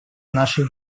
нашей